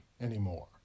anymore